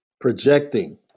projecting